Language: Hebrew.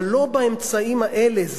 אבל לא באמצעים האלה.